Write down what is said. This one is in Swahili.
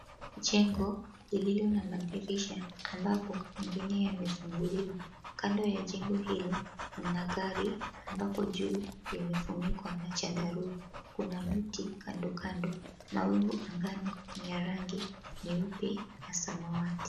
Jengo lililo na madirisha ambapo mengine yamefunguliwa. Kando ya jengo hilo mna gari, ambapo juu imefunikwa na chandarua. Kuna miti kando kando. Mawingu angani ni ya rangi nyeupe na samawati.